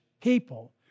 people